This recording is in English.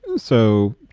and so,